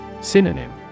Synonym